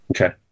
Okay